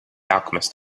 alchemist